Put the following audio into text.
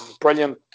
Brilliant